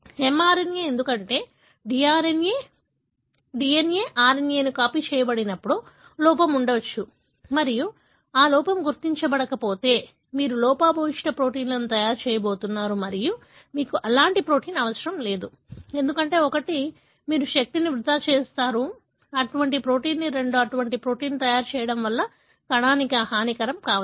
mRNA ఎందుకంటే DNA RNA కి copy చేయబడినప్పుడు లోపం ఉండవచ్చు మరియు ఆ లోపం గుర్తించబడకపోతే మీరు లోపభూయిష్ట ప్రోటీన్లను తయారు చేయబోతున్నారు మరియు మీకు అలాంటి ప్రోటీన్ అవసరం లేదు ఎందుకంటే ఒకటి మీరు శక్తిని వృధా చేస్తారు అటువంటి ప్రోటీన్ రెండు అటువంటి ప్రోటీన్ తయారు చేయడం వల్ల కణానికి హానికరం కావచ్చు